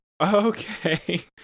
okay